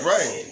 Right